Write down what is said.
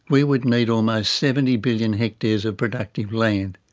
we would need almost seventy billion hectares of productive land.